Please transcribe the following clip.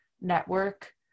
network